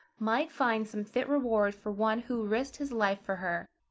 might find some fit reward for one who risked his life for her.